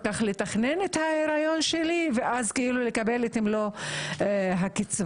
כך לתכנן את ההיריון שלי ואז לקבל את מלוא הקצבה,